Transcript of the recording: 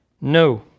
No